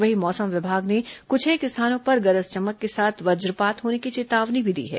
वहीं मौसम विभाग ने कुछेक स्थानों पर गरज चमक के साथ ब्रजपात होने की चेतावनी भी दी है